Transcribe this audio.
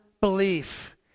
belief